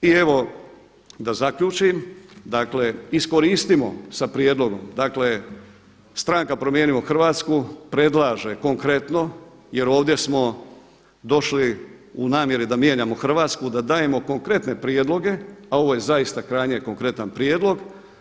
I evo da zaključim, dakle iskoristimo sa prijedlogom, dakle stranka „Promijenimo Hrvatsku“ predlaže konkretno jer ovdje smo došli u namjeri da mijenjamo Hrvatsku, da dajemo konkretne prijedloge, a ovo je zaista krajnje konkretan prijedlog.